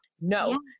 no